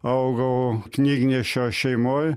augau knygnešio šeimoj